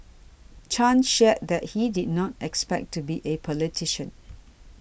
Chan shared that he did not expect to be a politician